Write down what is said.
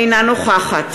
אינה נוכחת